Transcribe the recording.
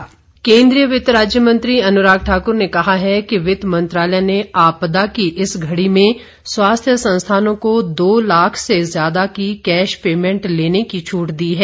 अनुराग ठाकुर केंद्रीय वित्त राज्य मंत्री अनुराग ठाकुर ने कहा है कि वित्त मंत्रालय ने आपदा की इस घड़ी में स्वास्थ्य संस्थानों को दो लाख से ज्यादा की कैश पेमेंट लेने की छूट दी गई है